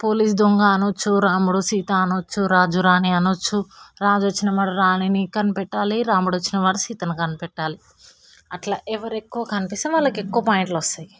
police దొంగా అనచ్చు రాముడు సీత అనచ్చు రాజు రాణి అనచ్చు రాజు వచ్చినప్పుడు రాణిని కనిపెట్టాలి రాముడు వచ్చిన వాళ్ళు సీతని కనిపెట్టాలి అట్లా ఎవరు ఎక్కువ కనిపిస్తే వాళ్ళకి ఎక్కువ పాయింట్లు వస్తాయి